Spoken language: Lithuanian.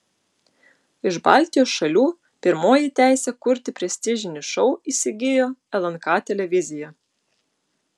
iš baltijos šalių pirmoji teisę kurti prestižinį šou įsigijo lnk televizija